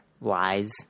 lies